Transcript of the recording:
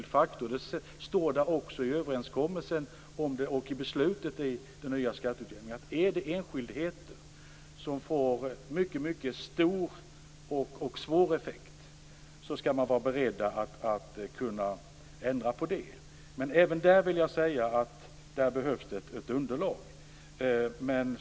Det står i överenskommelsen och beslutet om den nya skatteutjämningen att om enskildheter får mycket stora och svåra effekter, skall man vara beredd att göra ändringar. Men jag är angelägen om att säga att det även då behövs ett underlag.